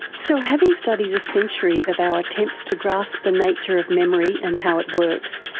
so having studied a century of our attempts to grasp the nature of memory and how it works,